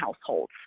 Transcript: households